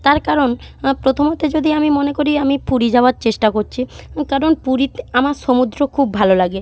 তার কারণ প্রথমত যদি আমি মনে করি আমি পুরী যাওয়ার চেষ্টা করছি কারণ পুরীতে আমার সমুদ্র খুব ভালো লাগে